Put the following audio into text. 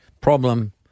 problem